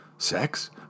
Sex